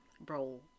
Bro